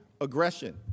aggression